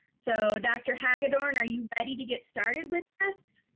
so, dr. hagadorn, are you ready to get started with us?